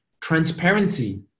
transparency